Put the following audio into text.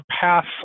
pass